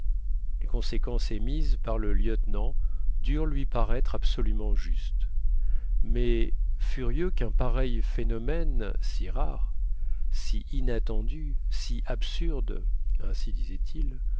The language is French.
les conséquences émises par le lieutenant durent lui paraître absolument justes mais furieux qu'un pareil phénomène si rare si inattendu si absurde ainsi disait-il